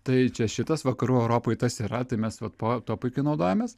tai čia šitas vakarų europoje tas yra tai mes vat po tuo puikiai naudojamės